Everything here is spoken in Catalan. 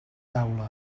taula